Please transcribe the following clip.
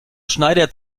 schneider